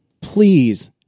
Please